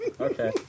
Okay